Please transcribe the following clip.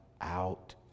out